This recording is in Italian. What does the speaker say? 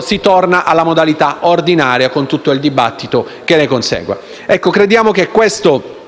si torna alla modalità ordinaria, con tutto il dibattito che ne consegue. Crediamo che questa